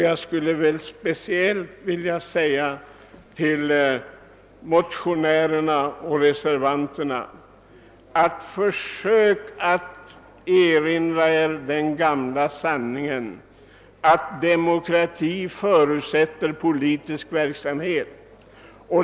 Jag skulle vilja säga speciellt till motionärerna och reservanterna: Försök erinra er den gamla sanningen, att demokrati förutsätter politisk verksamhet.